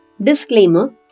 Disclaimer